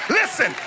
listen